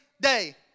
day